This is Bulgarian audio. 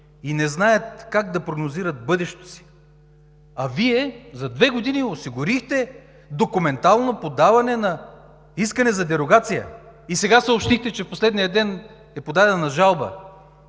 и не знаят как да прогнозират бъдещето си? А Вие за две години осигурихте документално подаване на искане за дерогация и сега съобщихте, че в последния ден е подадена жалба.